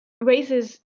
raises